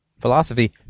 philosophy